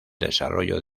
desarrollo